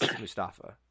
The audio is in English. Mustafa